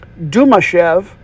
Dumashev